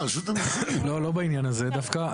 לא בעניין הזה דווקא.